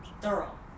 Thorough